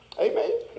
Amen